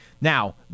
Now